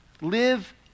live